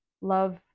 love